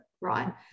right